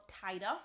tighter